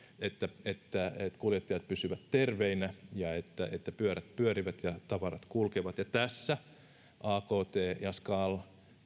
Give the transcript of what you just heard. että että kuljettajat pysyvät terveinä ja että että pyörät pyörivät ja tavarat kulkevat tässä akt ja skal